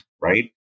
right